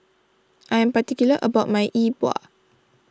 I am particular about my Yi Bua